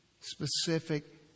specific